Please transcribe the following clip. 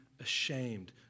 ashamed